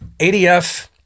ADF